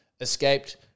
escaped